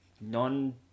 non